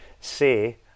say